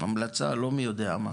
המלצה לא מי-יודע-מה.